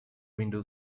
window